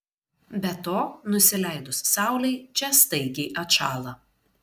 be to nusileidus saulei čia staigiai atšąla